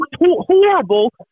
horrible